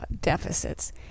deficits